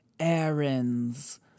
Errands